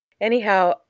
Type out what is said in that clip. anyhow